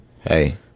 Hey